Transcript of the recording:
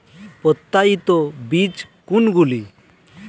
প্রত্যায়িত বীজ কোনগুলি?